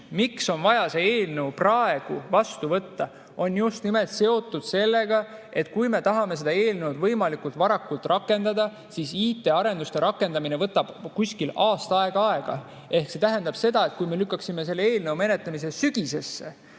miks on vaja see eelnõu praegu vastu võtta, on just nimelt seotud sellega, et me tahame seda [seadust] võimalikult varakult rakendada, ent IT-arenduste rakendamine võtab kusagil aasta aega aega. See tähendab seda, et kui me lükkaksime selle eelnõu menetlemise sügisesse,